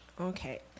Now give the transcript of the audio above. Okay